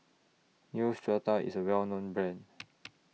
Neostrata IS A Well known Brand